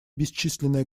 бесчисленное